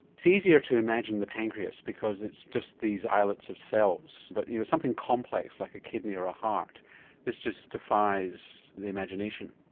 it's easier to imagine the pancreas because it's just these islets of cells but with you know something complex like a kidney or a heart this just defies the imagination.